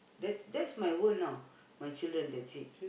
that that's my world now my children that's it